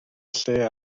lle